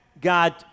God